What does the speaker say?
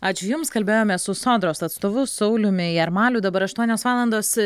ačiū jums kalbėjome su sodros atstovu sauliumi jarmaliu dabar aštuonios valandos